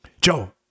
joe